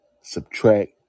subtract